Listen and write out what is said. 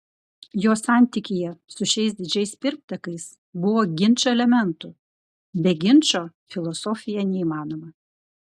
jo santykyje su šiais didžiais pirmtakais buvo ginčo elementų be ginčo filosofija neįmanoma